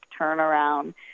turnaround